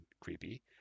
creepy